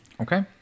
Okay